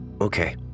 Okay